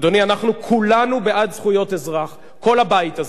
אדוני, אנחנו כולנו בעד זכויות אזרח, כל הבית הזה,